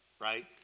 Right